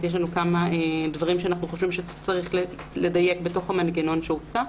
יש כמה דברים שאנחנו חושבים שצריך לדייק בתוך המנגנון שהוצע.